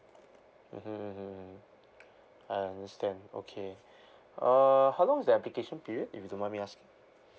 mm hmm hmm hmm hmm I understand okay uh how long is the application period if you don't mind me asking